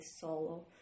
solo